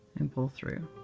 and pull through.